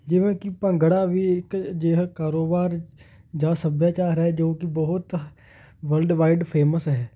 ਜਿਵੇਂ ਕਿ ਭੰਗੜਾ ਵੀ ਇੱਕ ਅਜਿਹਾ ਕਾਰੋਬਾਰ ਜਾਂ ਸੱਭਿਆਚਾਰ ਹੈ ਜੋ ਕਿ ਬਹੁਤ ਵਲਡਵਾਈਡ ਫੇਮਸ ਹੈ